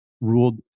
ruled